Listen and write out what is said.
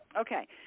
Okay